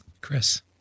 Chris